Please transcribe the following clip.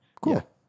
Cool